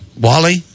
Wally